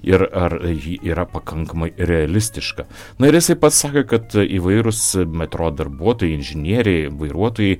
ir ar ji yra pakankamai realistiška na ir jisai pats sakė kad įvairūs metro darbuotojai inžinieriai vairuotojai